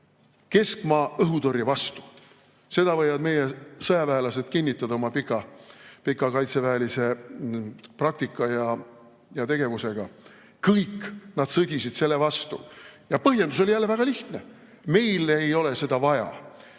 keskmaa õhutõrje vastu. Seda võivad meie sõjaväelased kinnitada oma pika kaitseväelise praktika ja tegevuse põhjal. Kõik nad sõdisid selle vastu. Põhjendus oli jälle väga lihtne: meil ei ole seda vaja,